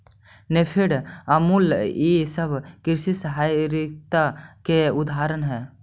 नेफेड, अमूल ई सब कृषि सहकारिता के उदाहरण हई